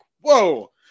Whoa